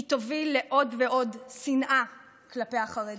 היא תוביל לעוד ועוד שנאה כלפי החרדים,